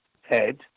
head